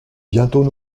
bientôt